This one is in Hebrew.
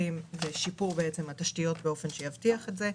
שיפור התשתיות באופן שיבטיח את זה.